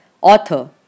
author